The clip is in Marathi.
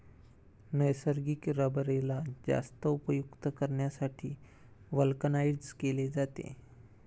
नैसर्गिक रबरेला जास्त उपयुक्त करण्यासाठी व्हल्कनाइज्ड केले जाते